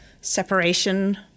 separation